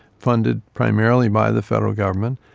funded primarily by the federal government,